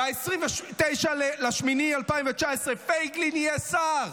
ב-29 לאוגוסט 2019, פייגלין יהיה שר,